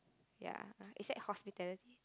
ya is that hospitality